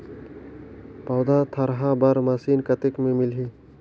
पौधा थरहा बर मशीन कतेक मे मिलही?